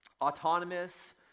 autonomous